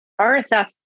RSF